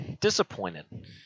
disappointed